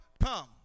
come